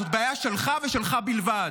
זאת בעיה שלך, ושלך בלבד.